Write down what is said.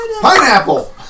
Pineapple